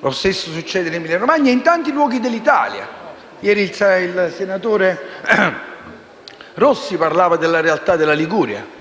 Lo stesso succede in Emilia-Romagna e in tanti luoghi dell'Italia. Ieri il senatore Rossi Maurizio parlava della Liguria.